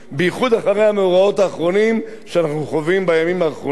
בייחוד אחרי המאורעות האחרונים שאנחנו חווים בימים האחרונים.